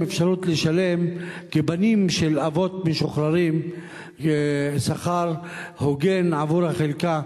אפשרות לשלם כבנים של אבות משוחררים סכום הוגן עבור החלקה,